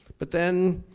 but then,